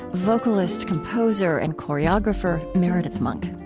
vocalist, composer, and choreographer meredith monk.